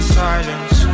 silence